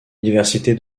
université